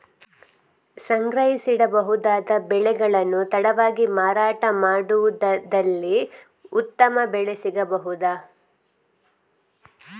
ಸಂಗ್ರಹಿಸಿಡಬಹುದಾದ ಬೆಳೆಗಳನ್ನು ತಡವಾಗಿ ಮಾರಾಟ ಮಾಡುವುದಾದಲ್ಲಿ ಉತ್ತಮ ಬೆಲೆ ಸಿಗಬಹುದಾ?